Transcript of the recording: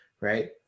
right